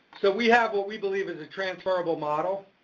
so we have what we believe is a transferrable model.